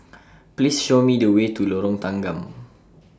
Please Show Me The Way to Lorong Tanggam